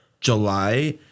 July